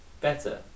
better